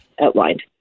outlined